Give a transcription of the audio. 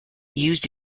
used